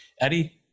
Eddie